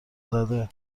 زده